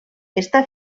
està